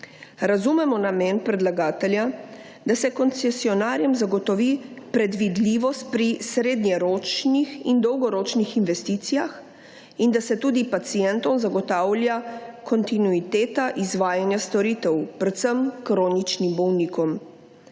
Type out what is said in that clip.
Razumemo namen predlagatelja, da se koncesionarjem zagotovi predvidljivost pri srednjeročnih in dolgoročnih investicijah, in da se tudi pacientom zagotavlja kontinuiteta izvajanja storitev, predvsem kroničnim bolnikom.